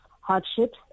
hardships